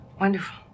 Wonderful